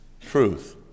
truth